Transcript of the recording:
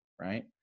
right